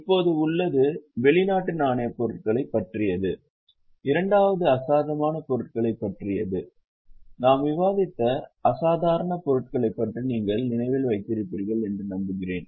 இப்போது உள்ளது வெளிநாட்டு நாணயப் பொருட்களைப் பற்றியது இரண்டாவது அசாதாரணமான பொருட்களைப் பற்றியது நாம் விவாதித்த அசாதாரண பொருட்களை பற்றி நீங்கள் நினைவில் வைத்திருப்பீர்கள் என்று நம்புகிறேன்